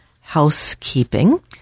housekeeping